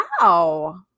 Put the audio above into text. wow